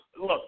Look